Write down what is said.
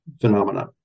phenomena